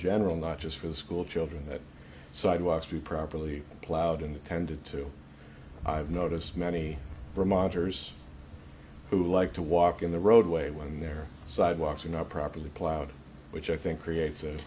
general not just for the schoolchildren that sidewalks you properly plowed into tended to i've noticed many remodelers who like to walk in the roadway when their side walks are not properly plowed which i think creates a